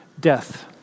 death